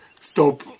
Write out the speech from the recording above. Stop